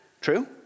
true